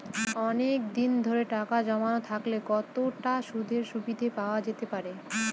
অনেকদিন ধরে টাকা জমানো থাকলে কতটা সুদের সুবিধে পাওয়া যেতে পারে?